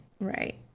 Right